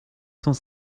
cent